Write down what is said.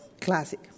classic